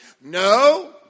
No